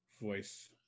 voice